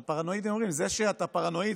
על פראנואידים אומרים: זה שאתה פרנואיד